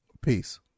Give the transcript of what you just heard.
peace